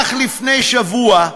אך לפני שבוע,